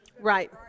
Right